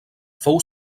fou